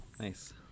Nice